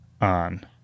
on